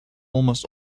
almost